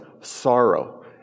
sorrow